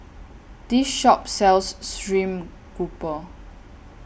This Shop sells Stream Grouper